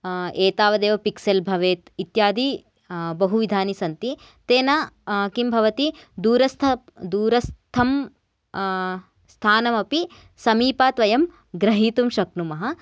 एतावदेव पिक्सल् भवेत् इत्यादि बहुविधानि सन्ति तेन किं भवति दूरस्थः दूरस्थं स्थानमपि समीपात् वयं ग्रहीतुं शक्नुमः